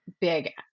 big